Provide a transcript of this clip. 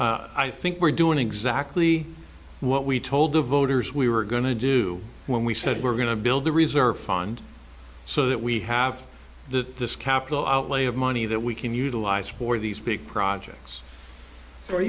i think we're doing exactly what we told the voters we were going to do when we said we're going to build the reserve fund so that we have the capital outlay of money that we can utilize for these big projects